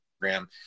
program